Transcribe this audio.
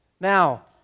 Now